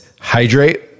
hydrate